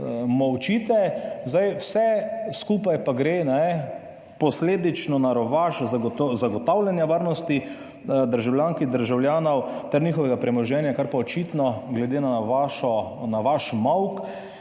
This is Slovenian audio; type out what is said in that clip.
molčite. Vse skupaj pa gre posledično na rovaš zagotavljanja varnosti državljank in državljanov ter njihovega premoženja, kar pa očitno, glede na vaš molk,